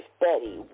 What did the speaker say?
Betty